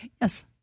Yes